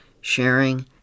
sharing